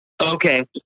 Okay